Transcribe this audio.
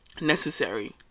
Necessary